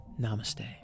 namaste